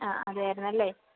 ആ അതയായിരുന്നല്ലേ